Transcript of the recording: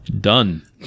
Done